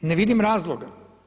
Ne vidim razloga.